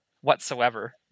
whatsoever